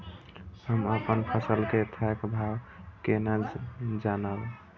हम अपन फसल कै थौक भाव केना जानब?